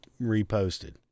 reposted